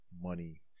money